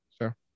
Sure